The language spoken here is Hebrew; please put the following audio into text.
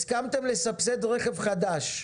הסכמתם לסבסד רכב חדש,